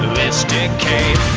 this decay,